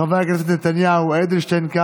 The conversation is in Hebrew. חברי הכנסת בנימין נתניהו, יולי יואל אדלשטיין,